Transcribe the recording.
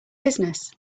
business